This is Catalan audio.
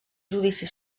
judici